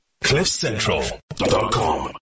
Cliffcentral.com